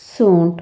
सोंट